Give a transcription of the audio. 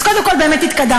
אז קודם כול, באמת התקדמנו.